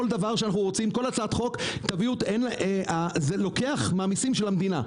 על כל דבר שאנחנו מציעים: "זה לוקח מהמיסים של המדינה"?